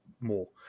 more